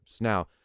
Now